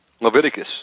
Leviticus